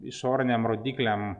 išoriniam rodikliam